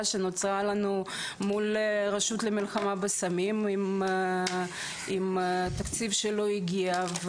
שנוצרה לנו מול הרשות למלחמה בסמים עם תקציב שלא הגיע.